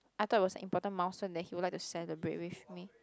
I thought it was an important milestone that he would like to celebrate with me